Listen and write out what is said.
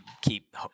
keep